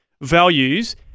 values